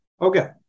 Okay